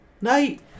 night